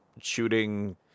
shooting